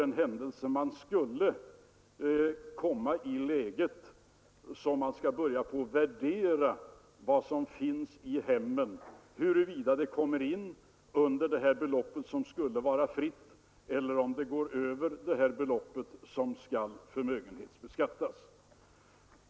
Hur skulle de fiskala representanterna betraktas för den händelse de skulle börja värdera vad som finns i hemmen, om det understiger det belopp som skall förmögenhetstaxeras eller om det överstiger det belopp som är fritt?